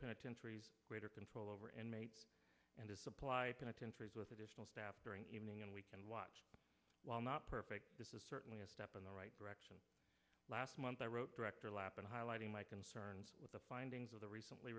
penitentiaries greater control over and made and to supply penitentiaries with additional staff during evening and we can watch while not perfect this is certainly a step in the right direction last month i wrote director lapin highlighting my concerns with the findings of the recently